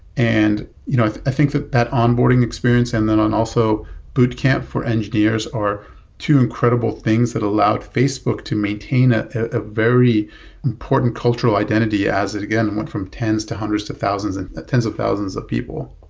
and you know i think that that onboarding experience and then on also boot camp for engineers are two incredible things that allowed facebook to maintain a ah very important cultural identity as it, again, and went from tens, to hundreds, to thousands, and tens of thousands of people.